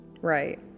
Right